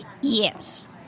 Yes